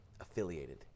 affiliated